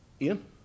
Ian